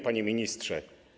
Panie Ministrze!